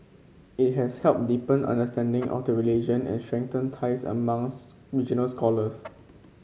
it has helped deepen understanding of the religion and ties among regional scholars